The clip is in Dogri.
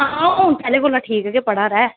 आं हून पैह्लें कोला ठीक गै पढ़ा दा ऐ